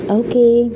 okay